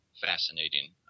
fascinating